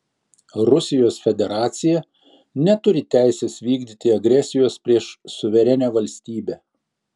rusijos federacija neturi teisės vykdyti agresijos prieš suverenią valstybę